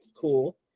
Cool